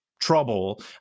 trouble